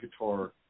guitar